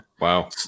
wow